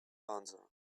answer